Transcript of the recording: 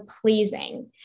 pleasing